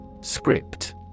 Script